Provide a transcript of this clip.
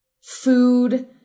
food